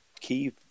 key